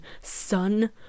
Son